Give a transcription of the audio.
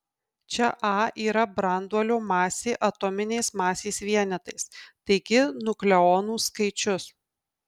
čia a yra branduolio masė atominiais masės vienetais taigi nukleonų skaičius